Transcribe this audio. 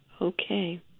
Okay